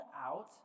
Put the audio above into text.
Out